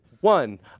One